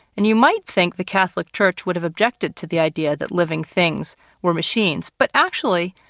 and you might think the catholic church would have objected to the idea that living things were machines, but actually,